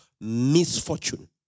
misfortune